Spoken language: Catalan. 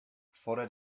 fora